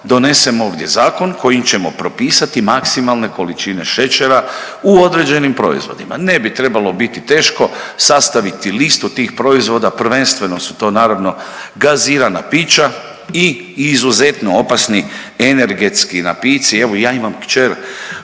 donesemo ovdje zakon kojim ćemo ovdje propisati maksimalne količine šećera u određenim proizvodima. Ne bi trebalo biti teško sastaviti listu tih proizvoda prvenstveno su to naravno gazirana pića i izuzetno opasni energetski napici. Evo ja imam kćer